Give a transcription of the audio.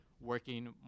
working